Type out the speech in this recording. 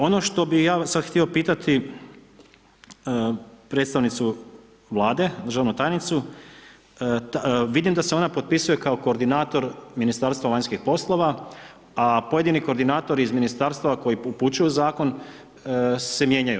Ono što bih ja sad htio pitati predstavnicu Vlade, državnu tajnicu, vidim da se ona potpisuje kao koordinator Ministarstva vanjskih poslova a pojedini koordinatori iz ministarstva koji upućuju zakon se mijenjaju.